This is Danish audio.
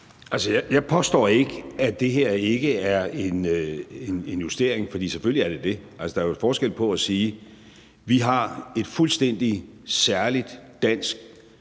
Jeg påstår ikke, at det her ikke er en justering, for selvfølgelig er det det. Altså, der er jo forskel på at sige, at vi har et fuldstændig særligt dansk